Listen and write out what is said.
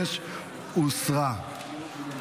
86 הוסרה.